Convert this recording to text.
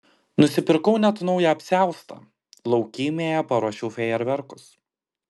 nusipirkau net naują apsiaustą laukymėje paruošiau fejerverkus